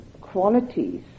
qualities